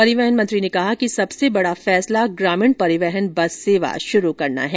परिवहन मंत्री ने कहा कि सबसे बड़ा फैसला ग्रामीण परिवहन बस सेवा शुरू करना है